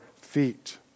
feet